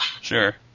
sure